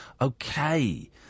Okay